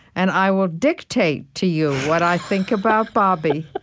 and i will dictate to you what i think about bobby,